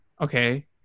okay